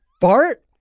fart